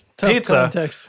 Pizza